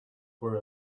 were